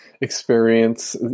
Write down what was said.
experience